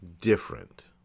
different